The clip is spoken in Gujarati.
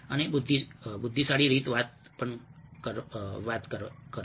અને બુદ્ધિશાળી રીતે વાત કરો